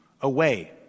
away